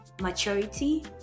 maturity